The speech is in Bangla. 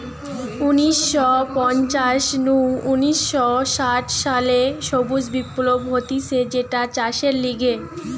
উনিশ শ পঞ্চাশ নু উনিশ শ ষাট সালে সবুজ বিপ্লব হতিছে যেটা চাষের লিগে